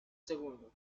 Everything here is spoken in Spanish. segundo